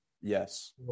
Yes